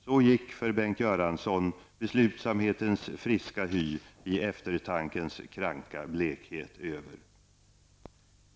Så gick för Bengt Göransson beslutsamhetens friska hy i eftertankens kranka blekhet över.